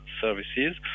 services